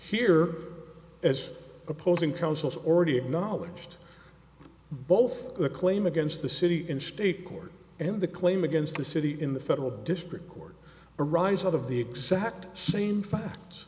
here as opposing counsel's already acknowledged both the claim against the city in state court and the claim against the city in the federal district court arise out of the exact same facts